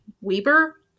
Weber